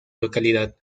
localidad